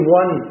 one